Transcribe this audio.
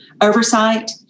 oversight